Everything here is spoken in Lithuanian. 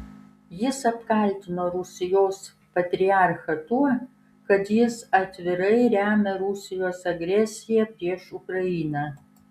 jis apkaltino rusijos patriarchą tuo kad jis atvirai remia rusijos agresiją prieš ukrainą